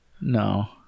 No